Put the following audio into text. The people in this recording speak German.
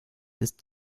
ist